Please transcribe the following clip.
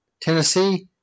Tennessee